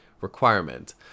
requirement